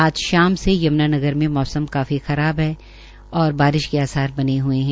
आज शाम से यम्नानगर में मौसम काफी खराब चल रहा है और बारिश के आसार बने हये है